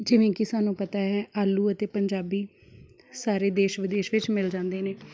ਜਿਵੇਂ ਕਿ ਸਾਨੂੰ ਪਤਾ ਹੈ ਆਲੂ ਅਤੇ ਪੰਜਾਬੀ ਸਾਰੇ ਦੇਸ਼ ਵਿਦੇਸ਼ ਵਿੱਚ ਮਿਲ ਜਾਂਦੇ ਨੇ